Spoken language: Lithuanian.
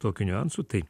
tokių niuansų tai